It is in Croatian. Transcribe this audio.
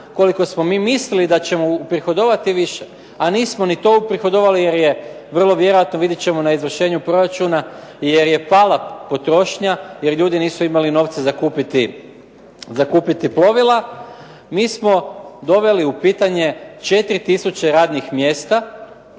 koliko smo mi mislili da ćemo uprihodovati više, a nismo ni to uprihodovali jer je vrlo vjerojatno vidjet ćemo na izvršenju proračuna jer je pala potrošnja, jer ljudi nisu imali novce za kupiti plovila. Mi smo doveli u pitanje 4000 radnih mjesta,